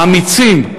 האמיצים,